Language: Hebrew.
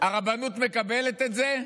הרבנות מקבלת את זה?